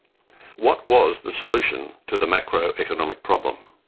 what was the solution to the macro-economic problem?